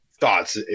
thoughts